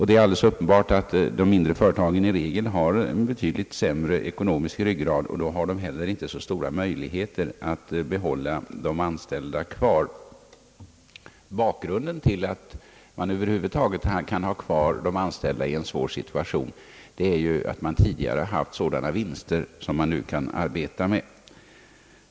Det är alldeles uppenbart att de mindre företagen i regel har en betydligt sämre ekonomisk ryggrad, och då har de inte heller så stora möjligheter att behålla de anställda. Orsaken till att man över huvud taget kan ha kvar de anställda i en svår situation är ju att man tidigare har haft vinster som man nu kan arbeta med.